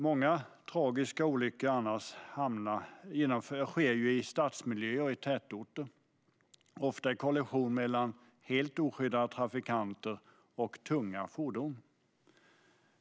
Många tragiska olyckor sker annars i stadsmiljö och tätorter, ofta i kollision mellan helt oskyddade trafikanter och tunga fordon.